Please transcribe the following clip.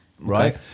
right